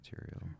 material